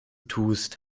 tust